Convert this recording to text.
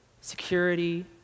security